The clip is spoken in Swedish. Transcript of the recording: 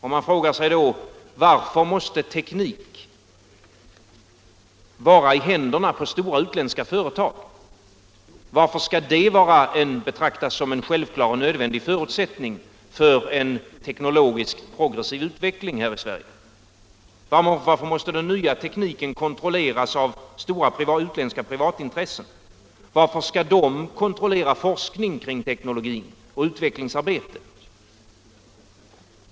Man frågar sig då: Varför måste teknik vara i händerna på stora utländska företag? Varför skall det betraktas som en självklar och nödvändig förutsättning för en teknologiskt progressiv utveckling här i Sverige? Varför måste den nya tekniken kontrolleras av stora utländska privatintressen? Varför skall de kontrollera forskning och utvecklingsarbete kring teknologin?